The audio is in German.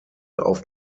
auf